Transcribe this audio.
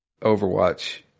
Overwatch